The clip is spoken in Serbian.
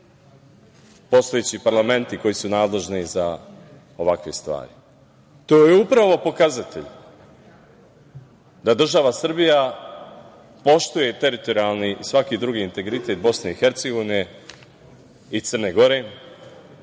postojeći parlamenti koji su nadležni za ovakve stvari. To je upravo pokazatelj da država Srbija poštuje teritorijalni i svaki drugi integritet BiH i Crne Gore